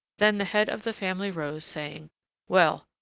then the head of the family rose, saying well!